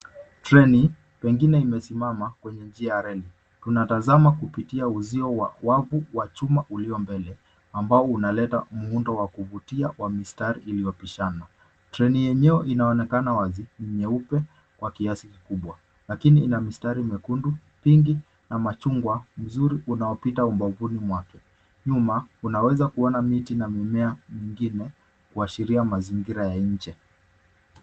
Treni, pengine imesimama kwenye njia ya reli. Tunatazama kupitia uzio wa wavu wa chuma uliyo mbele, ambao unaleta muundo wa kuvutia wa mistari iliyopishana. Treni yenyewe inaonekana wazi, ni nyeupe kwa kiasi kikubwa. Lakini ina mistari mwekundu, pinki, na machungwa mzuri, unaopita ubavuni mwake. Nyuma unaweza kuona miti na mimea mingine, kuashiria mazingira ya nje.